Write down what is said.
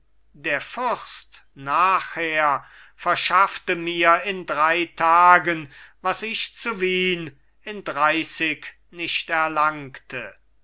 da fürst nachher verschaffte mir in drei tagen was ich zu wien in dreißig nicht erlangte